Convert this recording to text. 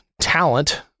talent